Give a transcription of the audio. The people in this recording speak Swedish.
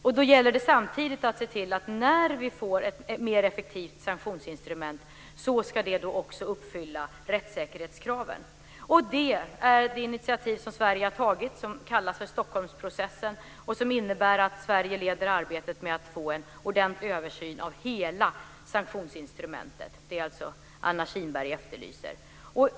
När vi får ett mer effektivt sanktionsinstrument så gäller det samtidigt att se till att det också ska uppfylla rättssäkerhetskraven. Det är ett initiativ som Sverige har tagit och som kallas för Stockholmsprocessen. Det innebär att Sverige leder arbetet med att få en ordentlig översyn av hela sanktionsinstrumentet. Det är det som Anna Kinberg efterlyser.